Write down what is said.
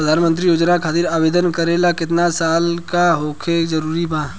प्रधानमंत्री योजना खातिर आवेदन करे ला केतना साल क होखल जरूरी बा?